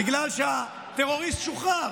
בגלל שהטרוריסט שוחרר